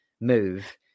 move